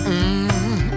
Mmm